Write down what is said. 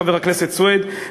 חבר הכנסת סוייד,